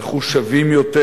מחושבים יותר,